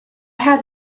had